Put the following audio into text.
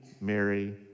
Mary